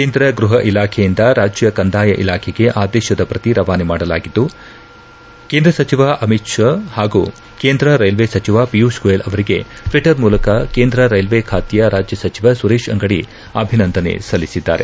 ಕೇಂದ್ರ ಗೃಹ ಇಲಾಖೆಯಿಂದ ರಾಜ್ಯ ಕಂದಾಯ ಇಲಾಖೆಗೆ ಆದೇಶದ ಪ್ರತಿ ರವಾನೆ ಮಾಡಲಾಗಿದ್ದು ಕೇಂದ್ರ ಸಚಿವ ಅಮಿತ್ ಶಾ ಹಾಗೂ ಕೇಂದ್ರ ರೈಲ್ವೆ ಸಚಿವ ಪಿಯುಷ್ ಗೋಯಲ್ ಅವರಿಗೆ ಟ್ವಿಟರ್ ಮೂಲಕ ಕೇಂದ್ರ ರೈಲ್ವೇ ಖಾತೆಯ ರಾಜ್ಯ ಸಚಿವ ಸುರೇಶ ಅಂಗದಿ ಅಭಿನಂದನೆ ಸಲ್ಲಿಸಿದ್ದಾರೆ